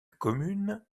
commune